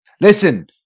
Listen